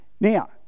Now